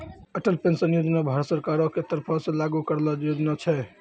Atal pension Yojana Bharat सरकारो के तरफो से लागू करलो योजना छै